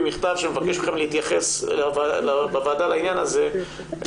מכתב שמבקש מכם להתייחס בוועדה לעניין הזה,